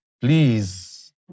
Please